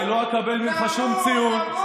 אני לא אקבל ממך שום ציון.